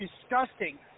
disgusting